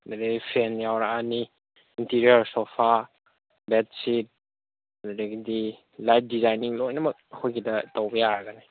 ꯑꯗꯒꯤ ꯐꯦꯟ ꯌꯥꯎꯔꯛꯂꯅꯤ interior sofa bed sheet ꯑꯗꯨꯗꯒꯤꯗꯤ ꯂꯥꯏꯠ ꯗꯤꯖꯥꯏꯟꯅꯤꯡ ꯂꯣꯏꯅꯃꯛ ꯑꯩꯈꯣꯏꯒꯤꯗ ꯇꯧꯕ ꯌꯥꯔꯒꯅꯤ